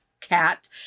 cat